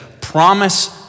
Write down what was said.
promise